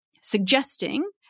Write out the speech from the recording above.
suggesting